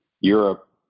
Europe